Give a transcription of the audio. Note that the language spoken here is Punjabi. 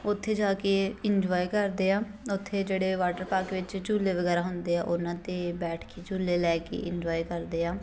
ਉੱਥੇ ਜਾ ਕੇ ਇੰਜੋਏ ਕਰਦੇ ਆ ਉੱਥੇ ਜਿਹੜੇ ਵਾਟਰ ਪਾਰਕ ਵਿੱਚ ਝੂਲੇ ਵਗੈਰਾ ਹੁੰਦੇ ਆ ਉਹਨਾਂ 'ਤੇ ਬੈਠ ਕੇ ਝੂਲੇ ਲੈ ਕੇ ਇੰਜੋਏ ਕਰਦੇ ਆ